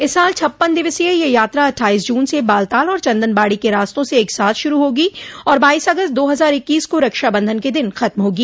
इस साल छप्पन दिवसीय यह यात्रा अठ्ठाइस जून से बालताल और चंदनबाड़ो के रास्तों से एक साथ शुरू होगी और बाइस अगस्त दो हजार इक्कीस को रक्षाबंधन के दिन खत्म होगी